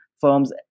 firms